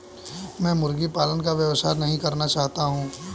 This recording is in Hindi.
मैं मुर्गी पालन का व्यवसाय नहीं करना चाहता हूँ